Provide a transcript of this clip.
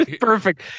Perfect